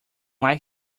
like